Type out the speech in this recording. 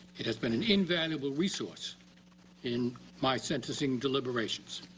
it has been an invaluable resources in my sentencing deliberations.